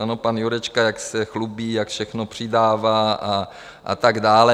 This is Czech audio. Ano, pan Jurečka, jak se chlubí, jak všechno přidává a tak dále.